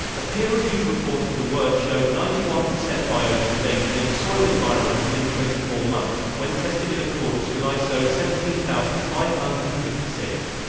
a peer-reviewed report of the work showed ninety one percent biodegradation in a soil environment within twenty four months, when tested in accordance with iso seventeen thousand five hundred and fifty six.